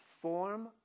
form